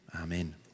Amen